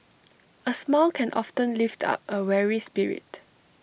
A smile can often lift up A weary spirit